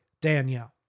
Danielle